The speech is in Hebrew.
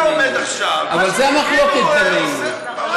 אתה עומד עכשיו, אבל זו המחלוקת, אדוני.